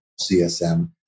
CSM